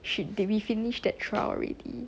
she did we finish that trial already